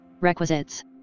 Requisites